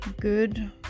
good